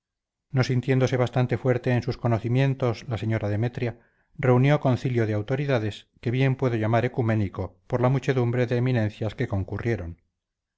no sintiéndose bastante fuerte en sus conocimientos la señora demetria reunió concilio de autoridades que bien puedo llamar ecuménico por la muchedumbre de eminencias que concurrieron